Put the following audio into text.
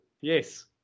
Yes